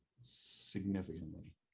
significantly